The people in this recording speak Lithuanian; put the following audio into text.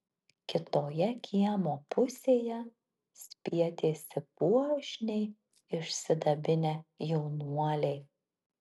kitoje kiemo pusėje spietėsi puošniai išsidabinę jaunuoliai